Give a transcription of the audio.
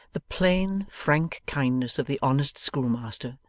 the plain, frank kindness of the honest schoolmaster,